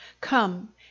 Come